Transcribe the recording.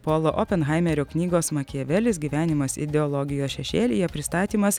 polo openhaimerio knygos makiavelis gyvenimas ideologijos šešėlyje pristatymas